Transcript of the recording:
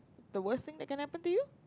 the worst thing that can happen to you